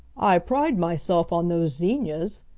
i pride myself on those zinnias,